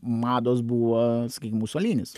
mados buvo kaip musolinis